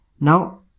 Now